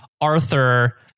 Arthur